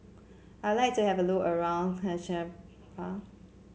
I like to have a look around Tegucigalpa